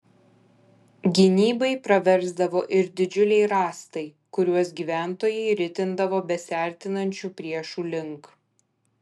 gynybai praversdavo ir didžiuliai rąstai kuriuos gyventojai ritindavo besiartinančių priešų link